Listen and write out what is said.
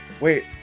Wait